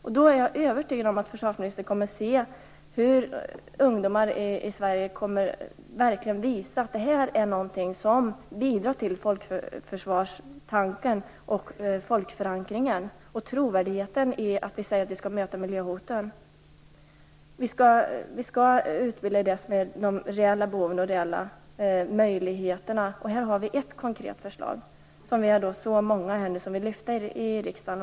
Jag är övertygad om att försvarsministern kommer att få se hur ungdomar i Sverige visar att det här är något som bidrar till folkförsvarstanken, folkförankringen och trovärdigheten i vårt påstående om att vi skall möta miljöhoten. Vi skall ge utbildning i de reella behoven och möjligheterna. Här har vi nu ett konkret förslag, som så många här i riksdagen vill lyfta fram.